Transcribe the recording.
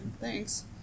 Thanks